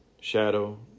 Shadow